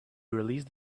released